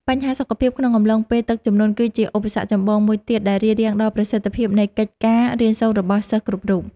បញ្ហាសុខភាពក្នុងអំឡុងពេលទឹកជំនន់ គឺជាឧបសគ្គចម្បងមួយទៀតដែលរារាំងដល់ប្រសិទ្ធភាពនៃកិច្ចការរៀនសូត្ររបស់សិស្សគ្រប់រូប។